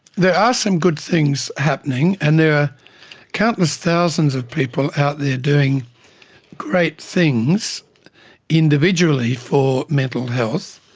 there are some good things happening, and there are countless thousands of people out there doing great things individually for mental health.